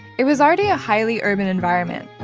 it was already a highly urban environment.